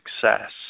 success